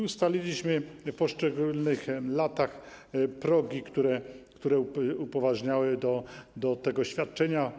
Ustaliliśmy w poszczególnych latach progi, które upoważniały do tego świadczenia.